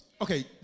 Okay